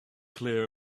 clear